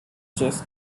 chess